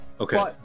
Okay